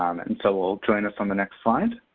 um and so i'll join us on the next slide.